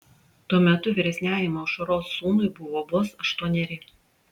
tuo metu vyresniajam aušros sūnui buvo vos aštuoneri